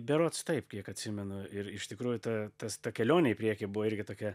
berods taip kiek atsimenu ir iš tikrųjų ta tas ta kelionė į priekį buvo irgi tokia